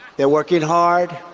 they're working hard.